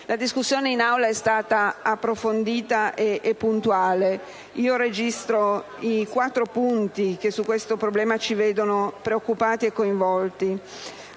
La discussione in Aula è stata approfondita e puntuale. Registro i quattro punti che su questo problema ci vedono preoccupati e coinvolti.